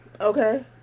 okay